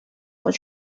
was